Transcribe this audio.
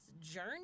journey